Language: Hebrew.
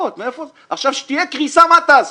כשתהיה קריסה, מה תעשו?